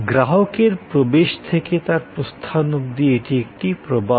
গ্রাহকের প্রবেশ থেকে তার প্রস্থান অবধি এটি একটি প্রবাহ